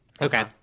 Okay